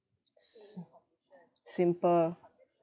si~ simple